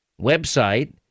website